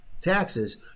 taxes